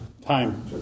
Time